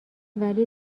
ولی